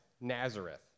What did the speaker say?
nazareth